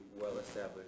well-established